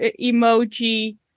emoji